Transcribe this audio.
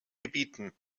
gebieten